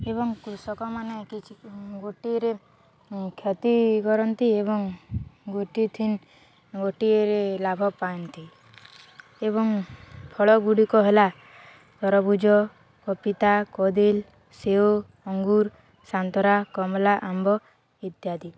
ଏବଂ କୃଷକମାନେ କିଛି ଗୋଟିଏରେ କ୍ଷତି କରନ୍ତି ଏବଂ ଗୋଟି ଥିନ୍ ଗୋଟିଏରେ ଲାଭ ପାଆନ୍ତି ଏବଂ ଫଳ ଗୁଡ଼ିକ ହେଲା ତରଭୁଜ କପିତା କଦିଲ ସେଓ ଅଙ୍ଗୁର ସାାନ୍ତରା କମଳା ଆମ୍ବ ଇତ୍ୟାଦି